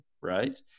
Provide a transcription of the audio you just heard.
right